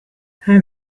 har